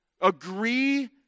Agree